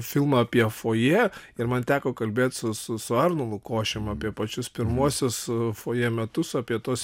filmą apie fojė ir man teko kalbėti su su arnu lukošiumi apie pačius pirmuosius fojė metus apie tuos